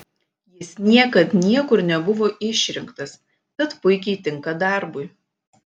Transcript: jis niekad niekur nebuvo išrinktas tad puikiai tinka darbui